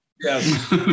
Yes